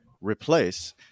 replace